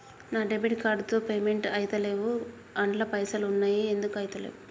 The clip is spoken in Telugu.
నా డెబిట్ కార్డ్ తో పేమెంట్ ఐతలేవ్ అండ్ల పైసల్ ఉన్నయి ఎందుకు ఐతలేవ్?